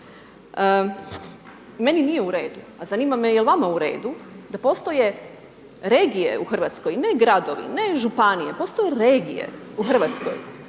Meni nije u redu. A zanima me je li vama u redu da postoje regije u Hrvatskoj, ne gradovi, ne županije, postoje regije u Hrvatskoj